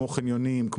חניונים,